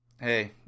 hey